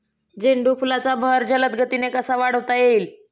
झेंडू फुलांचा बहर जलद गतीने कसा वाढवता येईल?